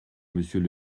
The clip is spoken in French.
monsieur